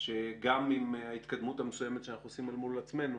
שגם עם ההתקדמות המסוימת שאנחנו עושים אל מול עצמנו,